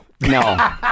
no